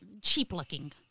cheap-looking